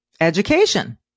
education